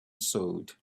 sewed